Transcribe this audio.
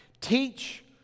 teach